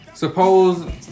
Suppose